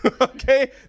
Okay